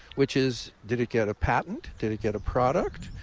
which is, did it get a patent? did it get a product?